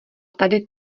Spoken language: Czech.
tady